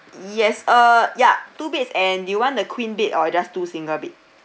yes uh ya two beds and do you want the queen bed or just two single beds